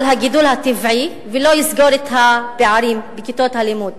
הגידול הטבעי ולא יסגור את הפערים בכיתות הלימוד.